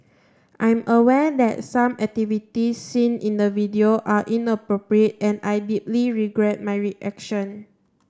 I'm aware that some activities seen in the video are inappropriate and I deeply regret my reaction